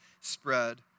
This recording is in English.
spread